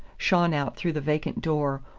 shone out through the vacant door,